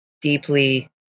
deeply